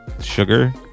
Sugar